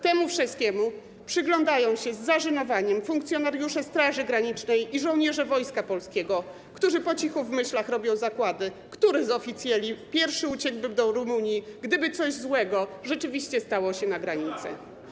Temu wszystkiemu przyglądają się z zażenowaniem funkcjonariusze Straży Granicznej i żołnierze Wojska Polskiego, którzy po cichu w myślach robią zakłady, który z oficjeli pierwszy uciekłby do Rumunii, gdyby coś złego rzeczywiście stało się na granicy.